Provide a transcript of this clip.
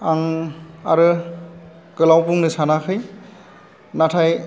आं आरो गोलाव बुंनो सानाखै नाथाय